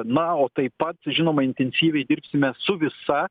na o taip pat žinoma intensyviai dirbsime su visa